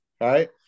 right